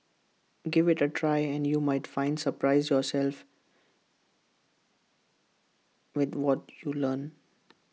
give IT A try and you might find surprise yourself with what you learn